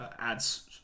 adds